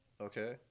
Okay